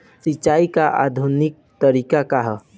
सिंचाई क आधुनिक तरीका का ह?